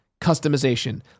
customization